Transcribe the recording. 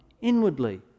inwardly